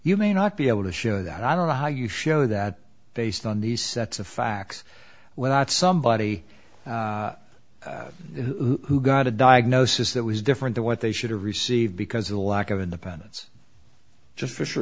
you may not be able to show that i don't know how you show that based on these sets of facts without somebody who got a diagnosis that was different to what they should have received because of the lack of independence just fisher